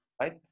right